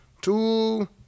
two